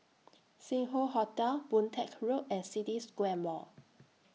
Sing Hoe Hotel Boon Teck Road and City Square Mall